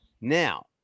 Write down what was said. Now